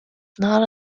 not